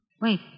Wait